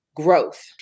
growth